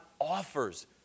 offers